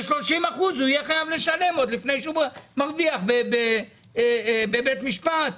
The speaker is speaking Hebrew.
ו-30% הוא יהיה חייב לשלם עוד לפני שהוא מרוויח בבית משפט.